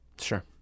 Sure